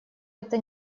это